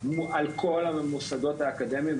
על כל המוסדות האקדמיים,